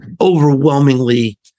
overwhelmingly